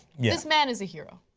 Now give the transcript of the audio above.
this man is a hero.